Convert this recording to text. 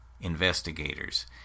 investigators